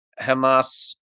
Hamas